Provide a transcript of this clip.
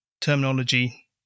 terminology